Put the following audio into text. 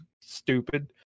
stupid